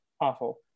awful